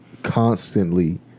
Constantly